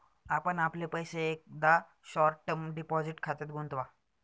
आपण आपले पैसे एकदा शॉर्ट टर्म डिपॉझिट खात्यात गुंतवा